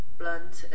blunt